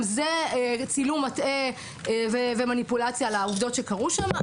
גם זה צילום מטעה ומניפולציה על העובדות שקרו שם.